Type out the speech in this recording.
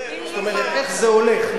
איך זה הולך?